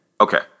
Okay